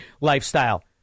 lifestyle